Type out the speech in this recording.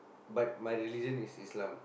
but my religion is Islam